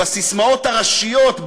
בססמאות הראשיות,